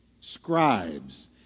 scribes